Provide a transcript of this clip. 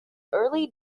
early